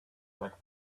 back